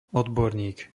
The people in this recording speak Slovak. odborník